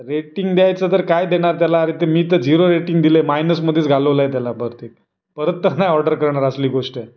rating द्यायचं तर काय देणार त्याला अरे ते मी तर झिरो रेटिंग दिलं आहे मायनसमध्येच घालवलं आहे त्याला बहुतेक परत तर नाही ऑर्डर करणार असली गोष्ट